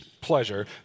Pleasure